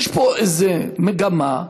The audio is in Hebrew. יש פה איזו מגמה,